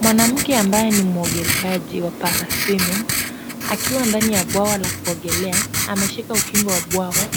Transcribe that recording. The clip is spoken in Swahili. Mwanamke ambaye ni mwogeleaji wa parasini, akiwa ndani ya bwawa la kuogelea, ameshika ukingo wa bwawa.